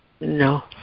no